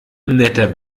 netter